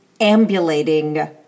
ambulating